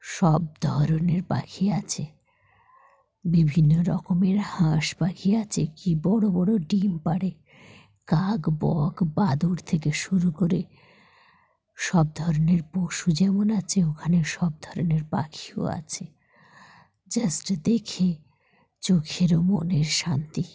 সব ধরনের পাখি আছে বিভিন্ন রকমের হাঁস পাখি আছে কী বড় বড় ডিম পাড়ে কাক বক বাদুড় থেকে শুরু করে সব ধরনের পশু যেমন আছে ওখানে সব ধরনের পাখিও আছে জাস্ট দেখে চোখের ও মনের শান্তি